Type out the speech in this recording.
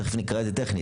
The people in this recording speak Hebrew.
תכף נקרא את זה טכנית.